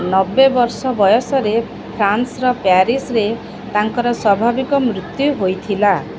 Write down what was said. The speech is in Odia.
ନବେ ବର୍ଷ ବୟସରେ ଫ୍ରାନ୍ସର ପ୍ୟାରିସରେ ତାଙ୍କର ସ୍ୱାଭାବିକ ମୃତ୍ୟୁ ହୋଇଥିଲା